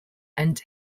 and